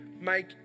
make